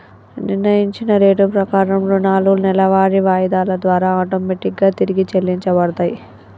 నిర్ణయించిన రేటు ప్రకారం రుణాలు నెలవారీ వాయిదాల ద్వారా ఆటోమేటిక్ గా తిరిగి చెల్లించబడతయ్